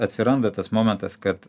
atsiranda tas momentas kad